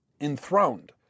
enthroned